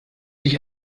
dich